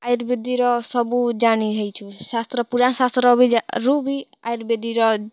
ଆୟୁର୍ବେଦୀର ସବୁ ଜାଣି ହେଇଚି ଶାସ୍ତ୍ର ପୁରା ଶାସ୍ତ୍ରରୁ ବି ଆୟୁର୍ବେଦୀର